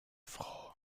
froh